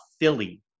Philly